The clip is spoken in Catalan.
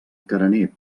carener